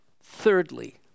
Thirdly